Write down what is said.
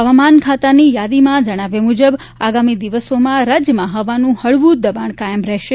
હવામાન ખાતાની યાદીના જણાવ્યા મુજબ આગામી દિવસોમાં રાજ્યમાં હવાનું હળવું દબાણ કાયમ રહેશે